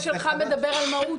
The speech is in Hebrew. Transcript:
אז הנושא שלך מדבר על מהות,